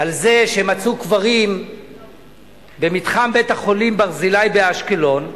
על זה שמצאו קברים במתחם בית-החולים "ברזילי" באשקלון,